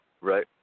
Right